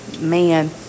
man